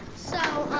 so,